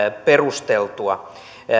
perusteltua